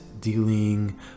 dealing